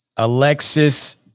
Alexis